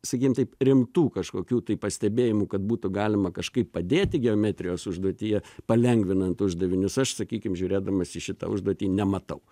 sakykim taip rimtų kažkokių tai pastebėjimų kad būtų galima kažkaip padėti geometrijos užduotyje palengvinant uždavinius aš sakykim žiūrėdamas į šitą užduotį nematau